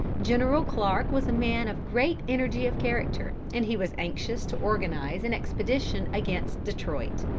general clarke was a man of great energy of character, and he was anxious to organise an expedition against detroit.